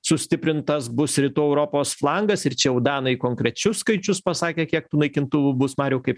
sustiprintas bus rytų europos flangas ir čia jau danai konkrečius skaičius pasakė kiek tų naikintuvų bus mariau kaip